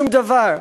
שום דבר.